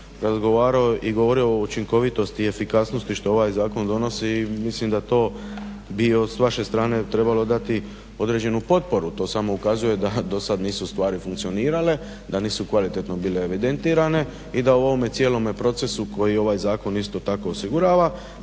razgovarao i govorio o učinkovitosti i efikasnosti što ovaj zakon donosi i mislim da bi s vaše strane trebalo dati određenu potporu, to samo ukazuje da do sada nisu stvari funkcionirale, da nisu kvalitetno bilo evidentirane i da o ovome cijelom procesu koji ovaj zakon isto tako osigurava